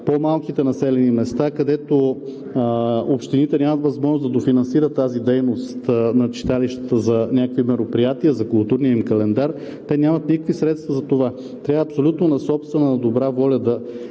по-малките населени места, където общините нямат възможност да дофинансират тази дейност на читалищата за някакви мероприятия за културния им календар, те нямат никакви средства за това. Трябва абсолютно на собствена, на добра воля да